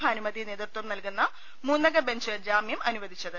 ഭാനുമതി നേതൃത്വം നൽകുന്ന മൂന്നംഗ ബെഞ്ച് ജാമ്യം അനുവദിച്ചത്